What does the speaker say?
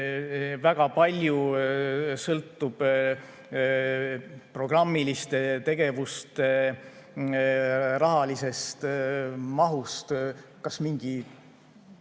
Väga palju sõltub programmiliste tegevuste rahalisest mahust, kas